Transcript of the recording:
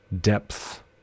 depth